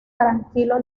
tranquilo